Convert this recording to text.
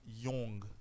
young